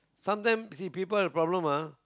sometimes see people problem ah